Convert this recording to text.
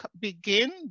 begin